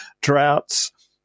droughts